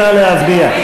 נא להצביע.